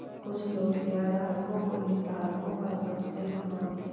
कुछ लोग शेयरधारकों को हितधारकों का सबसेट मानते हैं